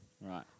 Right